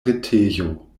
retejo